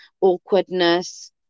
awkwardness